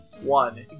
One